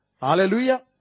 Hallelujah